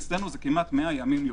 אצלנו זה כמעט 100 ימים יותר.